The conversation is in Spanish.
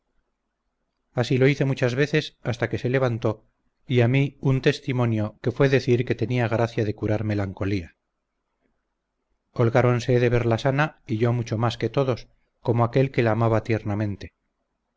así lo hice muchas veces hasta que se levantó y a mi un testimonio que fue decir que tenía gracia de curar melancolía holgaronse de verla sana y yo mucho más que todos como aquel que la amaba tiernamente